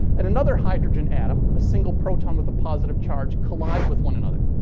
and another hydrogen atom, a single proton with positive charge, collide with one another.